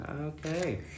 Okay